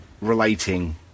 relating